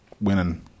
winning